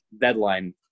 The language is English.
deadline